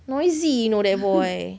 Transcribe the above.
noisy you know that boy